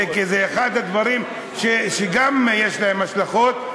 זה אחד הדברים שגם יש להם השלכות,